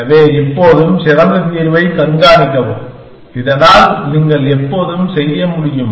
எனவே எப்போதும் சிறந்த தீர்வைக் கண்காணிக்கவும் இதனால் நீங்கள் எப்போதும் செய்ய முடியும்